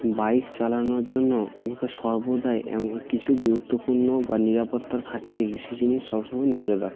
bike চালানোর জন্য আমাকে সর্বদাই এমন কিছু গুরুত্বপূর্ণ বা নিরাপত্তার খাতিরে কিছু জিনিস সব সময় নজর রাখতে হয়